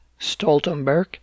Stoltenberg